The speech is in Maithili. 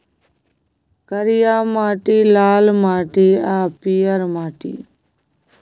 करिया माटि, लाल माटि आ पीयर माटि